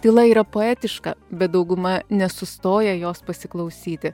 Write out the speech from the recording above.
tyla yra poetiška bet dauguma nesustoja jos pasiklausyti